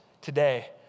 today